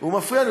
הוא מפריע לי.